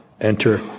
enter